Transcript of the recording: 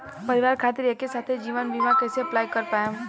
परिवार खातिर एके साथे जीवन बीमा कैसे अप्लाई कर पाएम?